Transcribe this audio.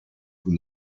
vous